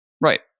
Right